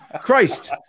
Christ